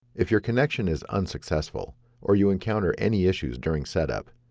if your connection is unsuccessful or you encounter any issues during setup,